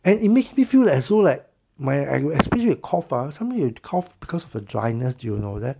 and it makes me feel like so like my especially the cough !huh! sometime you cough because of the dryness you know that